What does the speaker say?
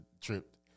tripped